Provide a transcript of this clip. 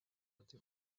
taip